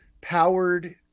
powered